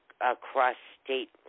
across-state